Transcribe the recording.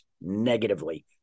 negatively